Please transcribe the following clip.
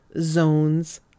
zones